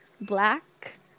black